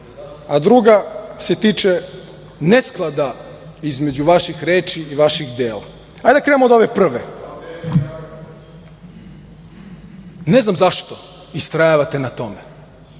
a druga se tiče nesklada između vaših reči i vaših dela. Hajde da krenemo od ove prve. Ne znam zašto istrajavate na tome.